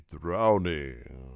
drowning